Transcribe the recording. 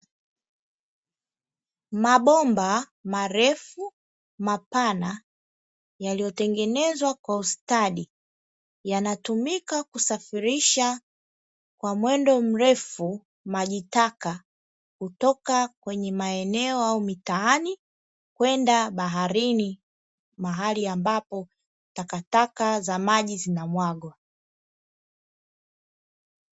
Mabomba marefu mapana yaliyotengenezwa kwa ustadi yanatumika kusafirisha kwa mwendo mrefu majitaka kutoka kwenye maeneo au mitaani kwenda baharini, mahali ambapo takataka za maji zinamwagwa.